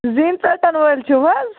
زِنۍ ژٹن وٲلۍ چھِو حظ